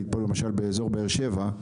למשל באזור באר שבע,